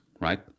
right